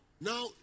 Now